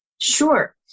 Sure